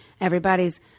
Everybody's